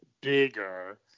bigger